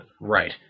Right